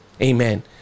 Amen